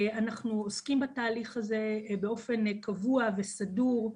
אנחנו עוסקים בתהליך הזה באופן קבוע וסדור,